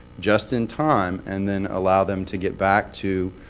just in time, and then allow them to get back to